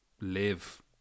live